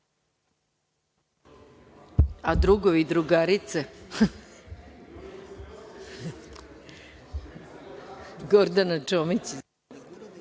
A, drugovi i drugarice. Gordana Čomić.